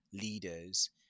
leaders